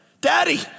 Daddy